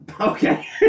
okay